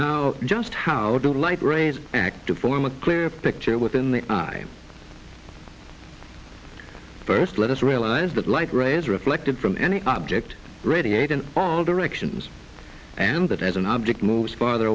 now just how do the light rays active form a clear picture within the eye first let us realize that light rays reflected from any object radiate in all directions and that as an object moves farther